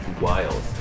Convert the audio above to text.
wild